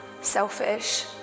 selfish